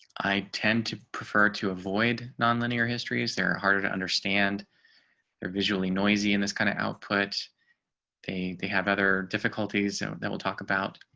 i tend to prefer to avoid nonlinear histories, they're ah harder to understand their visually noisy and this kind of output pay they have other difficulties so that we'll talk about.